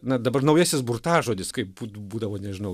na dabar naujasis burtažodis kaip bū būdavo nežinau